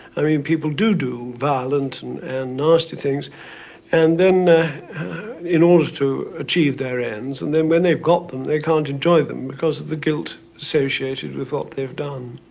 i mean, people do, do violent and and nasty things and in order to achieve their ends. and then, when they've got them, they can't enjoy them because of the guilt associated with what they've done.